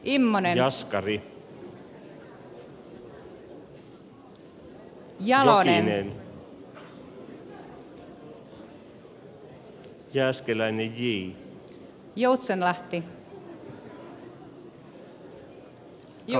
timo soinin ja